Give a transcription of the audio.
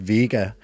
Vega